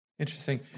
Interesting